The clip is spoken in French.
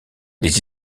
les